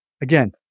Again